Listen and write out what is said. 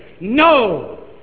No